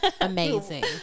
amazing